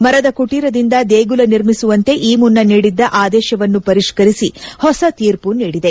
ಮರದ ಕಟೀರದಿಂದ ದೇಗುಲ ನಿರ್ಮಿಸುವಂತೆ ಈ ಮುನ್ನ ನೀಡಿದ್ದ ಆದೇಶವನ್ನು ಪರಿಷ್ತರಿಸಿ ಹೊಸ ತೀರ್ಮ ನೀಡಿದೆ